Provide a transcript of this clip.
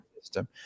system